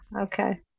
Okay